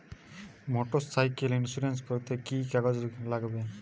Motorcycle insurance করতে কি কি কাগজ লাগবে?